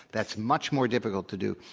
that's much more difficult to do.